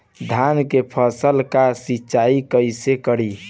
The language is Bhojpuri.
धान के फसल का सिंचाई कैसे करे?